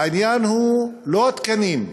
העניין הוא לא התקנים.